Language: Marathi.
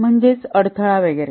म्हणजेच अडथळा वगैरे